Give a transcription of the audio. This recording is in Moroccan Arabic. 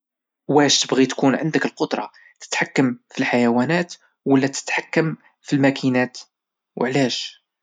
واش تبغي تكون عندك القدرة تتحكم فالحيونات ولا فالماكينات وعلاش؟